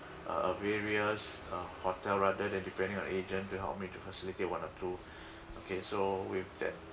uh various uh hotel rather than depending on agent to help me to facilitate one or two okay so with that